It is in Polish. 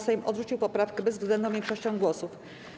Sejm odrzucił poprawkę bezwzględną większością głosów.